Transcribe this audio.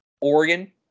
Oregon